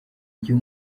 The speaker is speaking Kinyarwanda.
gihe